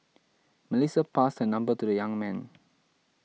Melissa passed her number to the young man